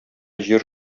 җир